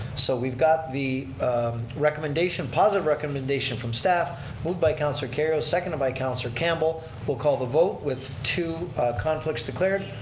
so we've got the recommendation, positive recommendation from staff moved by councilor kerrio, seconded by councilor campbell. we'll call the vote with two conflicts declared.